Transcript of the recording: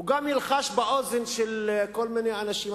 הוא גם ילחש באוזן של כל מיני אנשים: